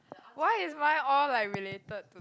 why is mine all like related to